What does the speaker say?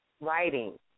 writing